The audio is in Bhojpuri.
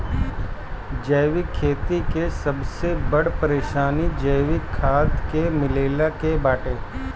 जैविक खेती के सबसे बड़ परेशानी जैविक खाद के मिलला के बाटे